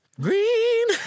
Green